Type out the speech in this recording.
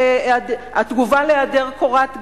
התגובה להיעדר קורת גג,